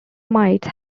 mites